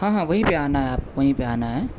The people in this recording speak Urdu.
ہاں ہاں وہیں پہ آنا ہے آپ کو وہیں پہ آنا ہے